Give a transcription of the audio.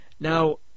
Now